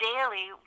Daily